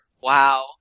Wow